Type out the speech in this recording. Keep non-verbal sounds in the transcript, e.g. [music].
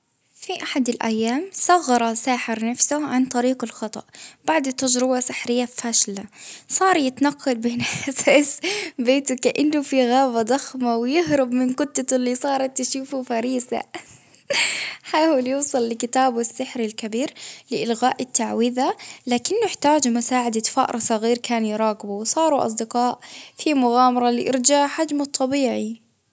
في أحد الايام صغر ساحر نفسه عن طريق الخطأ، بعد تجربة سحرية فاشلة، صار يتنقل بين بيته [laughs] كأنه في غابة ضخمة، ويهرب من قطته اللي صارت تشوفه فريسة، [laughs] حاول يوصل لكتابه السحري الكبير لإلغاء التعويذة، لكن يحتاج مساعدة فأر صغير كان يراقبه، وصاروا أصدقاء في مغامرة لإرجاع حجمه الطبيعي.